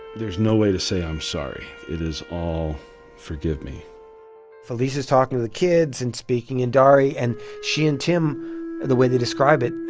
there's no way to say i'm sorry. it is all forgive me felisa's talking to the kids and speaking in dari. and she and tim the way they describe it,